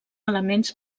elements